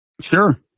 Sure